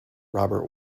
robert